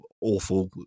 awful